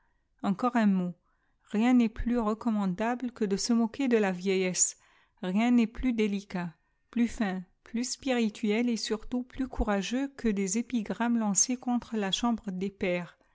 encore un mot rien n'est plus recommandahie que de se moquer de la vieillesse rien n'est plus dicat plus fin plus spirituel et surtout plus courageux qjje des épigrammes lancéess contre la chambre des pairs